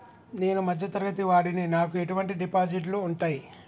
నేను మధ్య తరగతి వాడిని నాకు ఎటువంటి డిపాజిట్లు ఉంటయ్?